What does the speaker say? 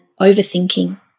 overthinking